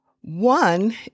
One